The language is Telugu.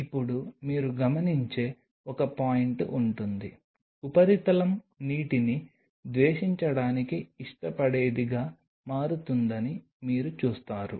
ఇప్పుడు మీరు గమనించే ఒక పాయింట్ ఉంటుంది ఉపరితలం నీటిని ద్వేషించడానికి ఇష్టపడేదిగా మారుతుందని మీరు చూస్తారు